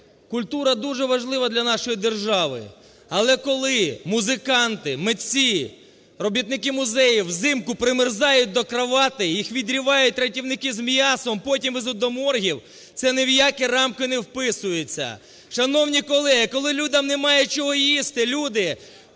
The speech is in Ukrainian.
Культура дуже важлива для нашої держави. Але коли музиканти, митці, робітники музеїв взимку примерзають до кроватей, їх відривають рятівники з м'ясом, потім везуть до моргів, це ні в які рамки не вписується. Шановні колеги, коли людям немає чого їсти… Люди,